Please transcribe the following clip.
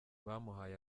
bamuhaye